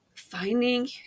Finding